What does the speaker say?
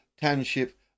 township